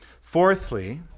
Fourthly